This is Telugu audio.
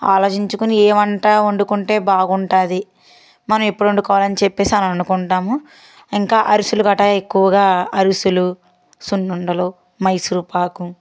ఆలోచించుకొని ఏ వంట వండుకుంటే బాగుంటుంది మనం ఎప్పుడు వండుకోవాలి అని చెప్పి అని అనుకుంటాము ఇంకా అరిసెలు గటా ఎక్కువగా అరిసెలు సున్నుండలు మైసూర్ పాకు